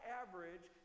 average